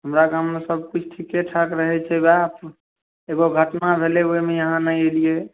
हमरा गाममे सबकिछु ठीके ठाक रहै छै वएह एगो घटना भेलै ओहिमे यहाँ नहि अयलियै